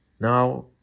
Now